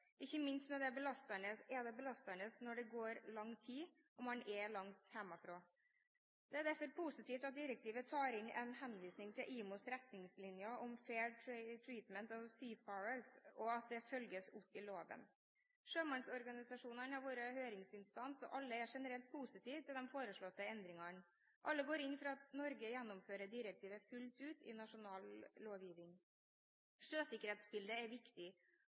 Ikke minst er dette en belastning når det går lang tid og man er langt hjemmefra. Det er derfor positivt at direktivet tar inn en henvisning til IMOs retningslinjer om «fair treatment of seafarers», og at det følges opp i loven. Sjømannsorganisasjonene har vært høringsinnstanser, og alle er generelt positive til de foreslåtte endringene. Alle går inn for at Norge gjennomfører direktivet fullt ut i nasjonal lovgivning. Sjøsikkerhetsarbeidet er viktig,